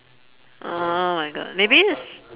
oh my god maybe it's